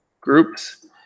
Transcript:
groups